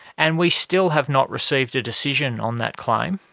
and we still have not received a decision on that claim.